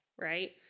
right